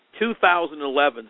2011